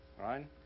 Right